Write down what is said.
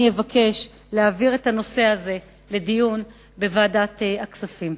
אני אבקש להעביר את הנושא הזה לדיון בוועדת הכספים.